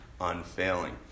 unfailing